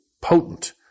potent